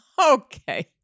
okay